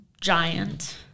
giant